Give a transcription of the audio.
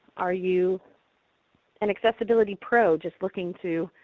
are you an accessibility pro just looking to